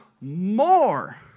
more